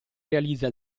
realizza